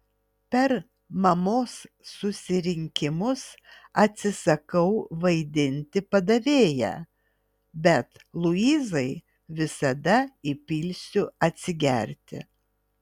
per mamos susirinkimus atsisakau vaidinti padavėją bet luizai visada įpilsiu atsigerti